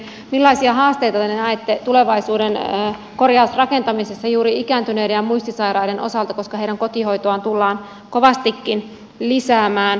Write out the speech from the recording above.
millaisia haasteita te näette tulevaisuuden korjausrakentamisessa juuri ikääntyneiden ja muistisairaiden osalta koska heidän kotihoitoaan tullaan kovastikin lisäämään